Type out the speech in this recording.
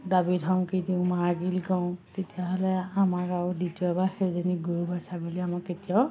দাবী ধমকি দিওঁ মাৰ কিল কৰোঁ তেতিয়াহ'লে আমাৰ আৰু দ্বিতীয়বাৰ সেইজনী গৰু বা ছাগলীয়ে আমাক কেতিয়াও